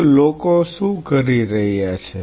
તેથી લોકો શું કરી રહ્યા છે